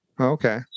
Okay